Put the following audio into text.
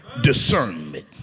discernment